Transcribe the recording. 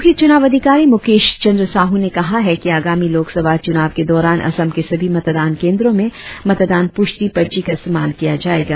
मुख्य चुनाव अधिकारी मुकेश चंद्र साहू ने कहा है कि आगामी लोकसभा चुनाव के दौरान असम के सभी मतदान केंद्रो में मतदान पुष्टि पर्ची का इस्तेमाल किया जायेगा